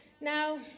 Now